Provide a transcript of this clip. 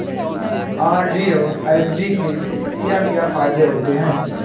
RD और FD के क्या क्या फायदे होते हैं?